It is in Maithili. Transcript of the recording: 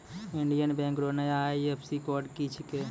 इंडियन बैंक रो नया आई.एफ.एस.सी कोड की छिकै